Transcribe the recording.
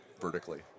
Vertically